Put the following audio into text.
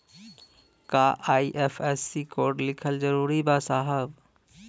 का IFSC code लिखल जरूरी बा साहब?